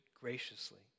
graciously